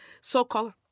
so-called